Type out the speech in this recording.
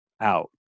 out